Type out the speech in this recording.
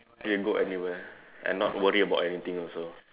then you go anywhere and not worry about anything also